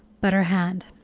but her hand